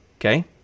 okay